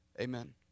Amen